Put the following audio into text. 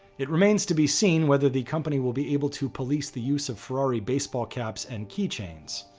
it remains to be seen whether the company will be able to police the use of ferrari baseball caps and key chains.